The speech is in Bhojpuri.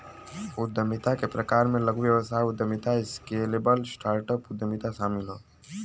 उद्यमिता के प्रकार में लघु व्यवसाय उद्यमिता, स्केलेबल स्टार्टअप उद्यमिता शामिल हौ